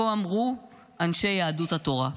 כה אמרו אנשי יהדות התורה.